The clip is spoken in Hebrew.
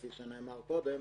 כפי שנאמר כבר קודם,